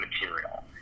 material